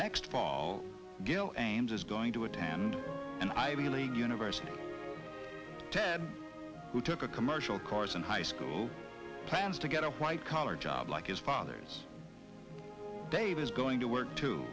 next fall gill and ames is going to attend an ivy league university who took a commercial course in high school plans to get a white collar job like his father's dave is going to work too